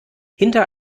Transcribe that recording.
hinter